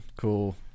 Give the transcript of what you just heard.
Cool